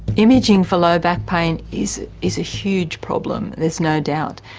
imaging for low back pain is is a huge problem, there's no doubt,